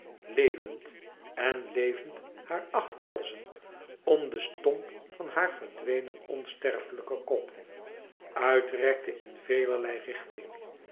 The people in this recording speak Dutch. levend en levend hare acht halzen om den stomp van haar verdwenen onsterflijken kop uit rekte in velerlei richting